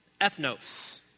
Ethnos